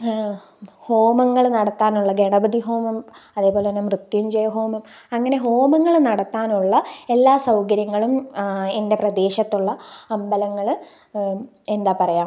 ഹോമങ്ങള് നടത്താനുള്ള ഗണപതി ഹോമം അതേപോലെന്നെ മൃത്യുഞ്ജയ ഹോമം അങ്ങനെ ഹോമങ്ങള് നടത്താനുള്ള എല്ലാ സൗകര്യങ്ങളും എൻ്റെ പ്രദേശത്തുള്ള അമ്പലങ്ങള് എന്താ പറയുക